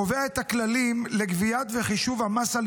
קובע את הכללים לגביית וחישוב המס על